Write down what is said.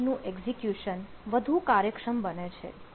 query નું execution વધુ કાર્યક્ષમ બને છે